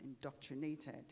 indoctrinated